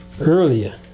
earlier